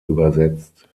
übersetzt